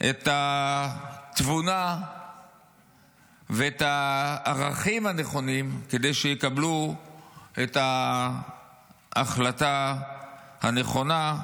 את התבונה ואת הערכים הנכונים כדי שיקבלו את ההחלטה הנכונה,